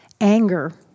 Anger